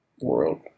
world